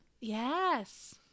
Yes